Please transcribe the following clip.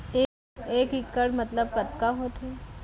एक इक्कड़ मतलब कतका होथे?